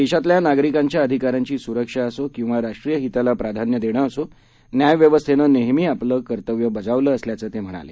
देशातल्यानागरीकांच्याअधिकारांचीसुरक्षाअसो किंवाराष्ट्रीयहितालाप्राधान्यदेणंअसो न्यायव्यवस्थेनंनेहमीआपलंकर्तव्यबजावलंअसल्याचंतेम्हणाले